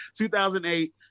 2008